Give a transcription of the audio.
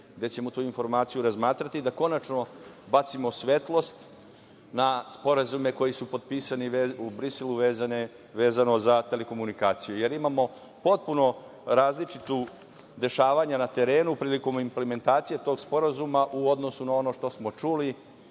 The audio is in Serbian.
gde ćemo tu informaciju razmatrati, da konačno bacimo svetlost na sporazume koji su potpisani u Briselu, vezano za telekomunikacije. Jer, imamo potpuno različita dešavanja na terenu prilikom implementacije tog sporazuma u odnosu na ono što smo čuli